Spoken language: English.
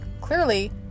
Clearly